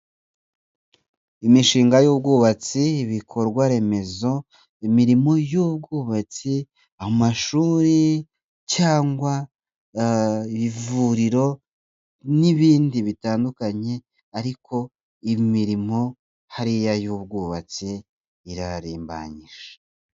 Imishinga y'ubwubatsi ibikorwaremezo, imirimo y'ubwubatsi, amashuri, cyangwa, eeh ivuriro n'ibindi bitandukanye, ariko imirimo hariya y'ubwubatsi irarimbanyije.